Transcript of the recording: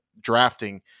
drafting